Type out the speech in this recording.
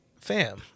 Fam